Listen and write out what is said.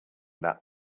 that